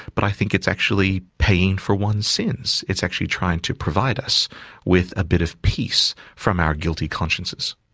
but i think it's actually paying for one's sins, it's actually trying to provide us with a bit of peace from our guilty consciences.